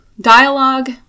dialogue